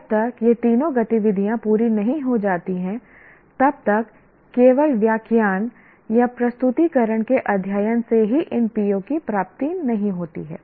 जब तक ये तीनों गतिविधियाँ पूरी नहीं हो जातीं तब तक केवल व्याख्यान या प्रस्तुतीकरण के अध्ययन से ही इन PO की प्राप्ति नहीं होती है